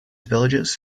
villages